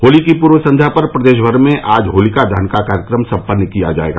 होली की पूर्व संध्या पर प्रदेश भर में आज होलिका दहन का कार्यक्रम सम्पन्न किया जायेगा